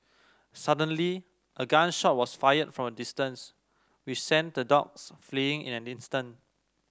suddenly a gun shot was fired from a distance which sent the dogs fleeing in an instant